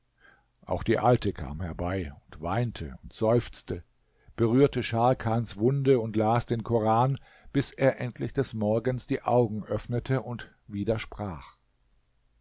auch die alte kam herbei und weinte und seufzte berührte scharkans wunde und las den koran bis er endlich des morgens die augen öffnete und